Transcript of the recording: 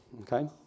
Okay